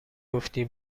گفتی